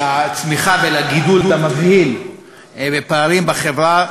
לצמיחה ולגידול המבהיל בפערים בחברה,